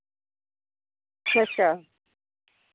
अच्छा